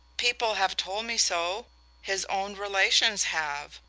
people have told me so his own relations have.